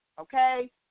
Okay